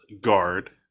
guard